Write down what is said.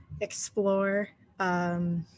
explore